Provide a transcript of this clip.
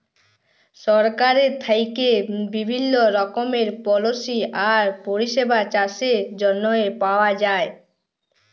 সরকারের থ্যাইকে বিভিল্ল্য রকমের পলিসি আর পরিষেবা চাষের জ্যনহে পাউয়া যায়